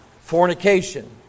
fornication